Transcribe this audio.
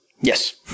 Yes